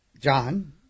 John